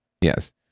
yes